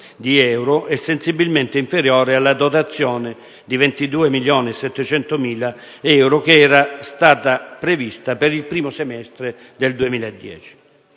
euro, è sensibilmente inferiore alla dotazione di 22.700.000 euro che era stata prevista per il primo semestre del 2010.